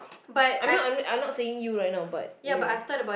I'm not I'm I'm not saying you right now but you know